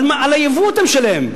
על היבוא אתה משלם.